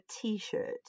t-shirt